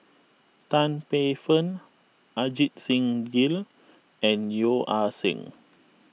Tan Paey Fern Ajit Singh Gill and Yeo Ah Seng